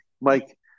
Mike